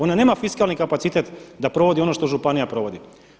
Ona nema fiskalni kapacitet da provodi ono što županija provodi.